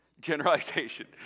Generalization